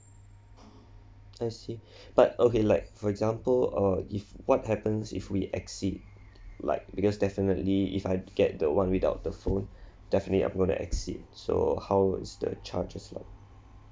I see but okay like for example uh if what happens if we exceed like because definitely if I get the one without the phone definitely I'm gonna exceed so how is the charges loh